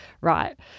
right